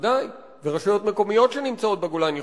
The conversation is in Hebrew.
ומי